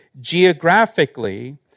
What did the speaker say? Geographically